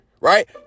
Right